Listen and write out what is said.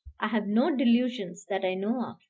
i have no delusions that i know of.